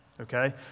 Okay